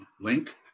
link